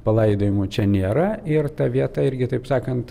palaidojimų čia nėra ir ta vieta irgi taip sakant